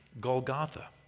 Golgotha